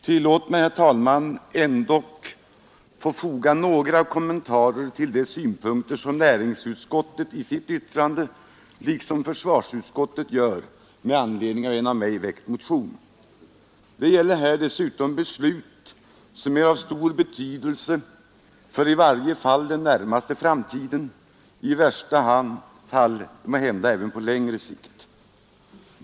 Tillåt mig, herr talman, ändå att foga några kommentarer till de synpunkter som näringsutskottet i sitt yttrande liksom försvarsutskottet gör med anledning av en av mig väckt motion. Det gäller här dessutom beslut som är av stor betydelse för i varje fall den närmaste framtiden, i värsta fall måhända även på längre sikt.